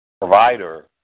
provider